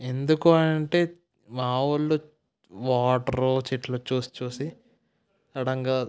ఎందుకు అంటే మా ఊళ్ళో వాటర్ చెట్లు చూసి చూసి సడన్గా